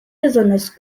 besonders